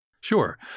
Sure